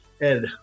Ed